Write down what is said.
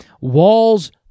walls